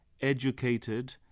educated